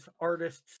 artists